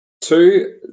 Two